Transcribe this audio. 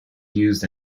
used